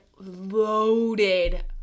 loaded